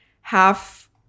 half